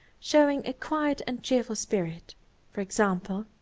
showing a quiet and cheerful spirit for example,